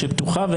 ופתוחה,